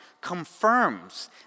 confirms